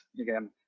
again